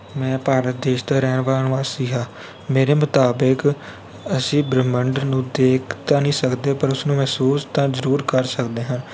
ਮੈਂ ਭਾਰਤ ਦੇਸ਼ ਦਾ ਰਹਿਣ ਵਾਲਾ ਨਿਵਾਸੀ ਹਾਂ ਮੇਰੇ ਮੁਤਾਬਕ ਅਸੀਂ ਬ੍ਰਹਿਮੰਡ ਨੂੰ ਦੇਖ ਤਾਂ ਨਹੀਂ ਸਕਦੇ ਪਰ ਉਸਨੂੰ ਮਹਿਸੂਸ ਤਾਂ ਜ਼ਰੂਰ ਕਰ ਸਕਦੇ ਹਾਂ